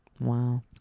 Wow